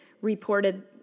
reported